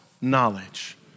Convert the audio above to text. knowledge